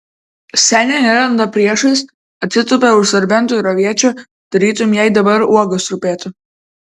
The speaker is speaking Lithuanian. senė nelenda priešais atsitupia už serbentų ir aviečių tarytum jai dabar uogos rūpėtų